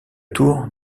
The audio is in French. tour